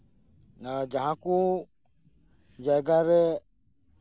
ᱟᱨ ᱡᱟᱸᱦᱟ ᱠᱚ ᱡᱟᱭᱜᱟ ᱨᱮ